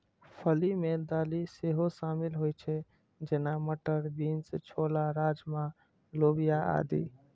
फली मे दालि सेहो शामिल होइ छै, जेना, मटर, बीन्स, छोला, राजमा, लोबिया आदि